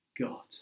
God